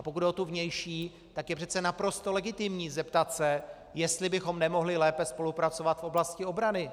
Pokud jde o tu vnější, tak je přece naprosto legitimní se zeptat, jestli bychom nemohli lépe spolupracovat v oblasti obrany.